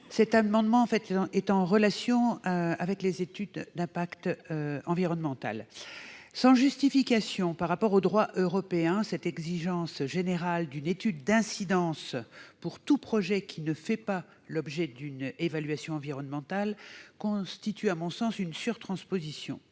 Cet amendement concerne les études d'impact environnemental. Sans justification par rapport au droit européen, cette exigence générale d'une étude d'incidence pour tout projet qui ne fait pas l'objet d'une évaluation environnementale constitue une surtransposition.